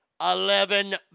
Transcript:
eleven